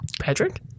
Patrick